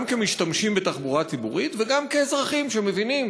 גם כמשתמשים בתחבורה ציבורית וגם כאזרחים שמבינים